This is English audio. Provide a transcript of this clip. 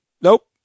nope